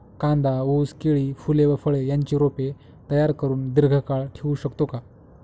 कांदा, ऊस, केळी, फूले व फळे यांची रोपे तयार करुन दिर्घकाळ ठेवू शकतो का?